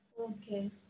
Okay